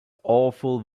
awful